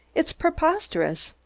it's preposterous.